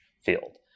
field